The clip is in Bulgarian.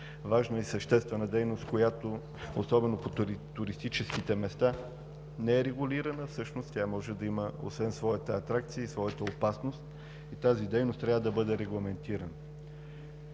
важна и съществена дейност, която особено в туристическите места, не е регулирана. Всъщност тя може да има освен своята атракция и своята опасност и тази дейност трябва да бъде регламентирана.